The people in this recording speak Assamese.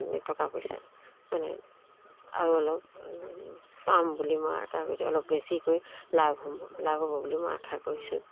টকা পইচা মানে আৰু অলপ পাম বুলি মই আশা কৰিছোঁ অলপ বেছিকৈ লাভ হ'ব লাভ হ'ব বুলি মই আশা কৰিছোঁ